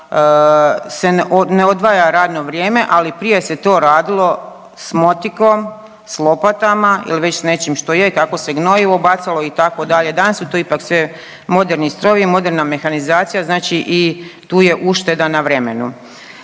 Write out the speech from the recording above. da se ne odvaja radno vrijeme, ali prije se to radilo s motikom, s lopatama ili već s nečim što je, kako se gnojivo bacalo itd. danas su to ipak sve moderni strojevi, moderna mehanizacija znači i tu je ušteda na vremenu.